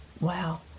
Wow